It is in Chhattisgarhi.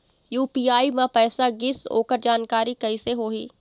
यू.पी.आई म पैसा गिस ओकर जानकारी कइसे होही?